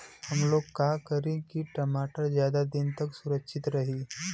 हमलोग का करी की टमाटर ज्यादा दिन तक सुरक्षित रही?